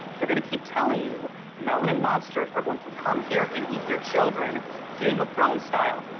they're gonna keep telling you melanin monsters are going to come here and eat your children game of thrones-style.